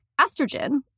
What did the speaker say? estrogen